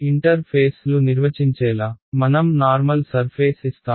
ఇంటర్ఫేస్లు నిర్వచించేలా మనం normal surface ఇస్తాము